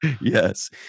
Yes